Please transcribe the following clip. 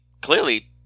clearly